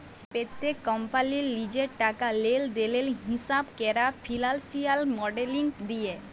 প্যত্তেক কম্পালির লিজের টাকা লেলদেলের হিঁসাব ক্যরা ফিল্যালসিয়াল মডেলিং দিয়ে